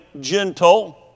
gentle